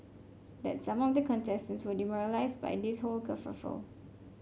that some of the contestants were demoralised by this whole kerfuffle